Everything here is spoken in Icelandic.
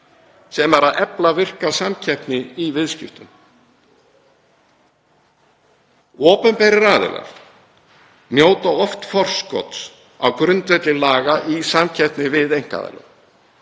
sem er að efla virka samkeppni í viðskiptum. Opinberir aðilar njóta oft forskots á grundvelli laga í samkeppni við einkaaðila.